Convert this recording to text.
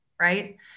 right